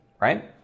right